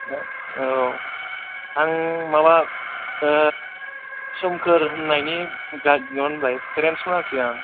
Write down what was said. औ आं माबा सोमखोर होन्नायनि फेरेनसमोन आरखि आं